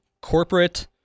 corporate